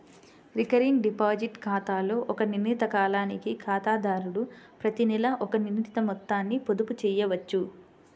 recurring deposit ఖాతాలో ఒక నిర్ణీత కాలానికి ఖాతాదారుడు ప్రతినెలా ఒక నిర్ణీత మొత్తాన్ని పొదుపు చేయవచ్చు